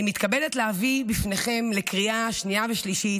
אני מתכבדת להביא בפניכם לקריאה שנייה ושלישית